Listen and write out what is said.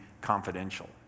confidential